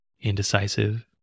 indecisive